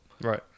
Right